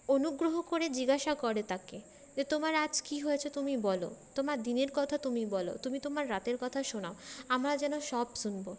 অনুগ্রহ করে জিজ্ঞাসা করে তাকে যে তোমার আজ কী হয়েছে তুমি বলো তোমার দিনের কথা তুমি বলো তুমি তোমার রাতের কথা শোনাও আমরা যেন সব শুনবো